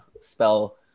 spell